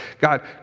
God